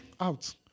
Out